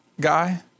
guy